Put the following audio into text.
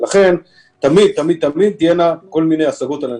ולכן, תמיד תהיינה כל מיני השגות על הנתונים.